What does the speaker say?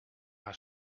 haar